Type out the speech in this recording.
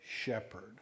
shepherd